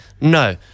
no